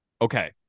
Okay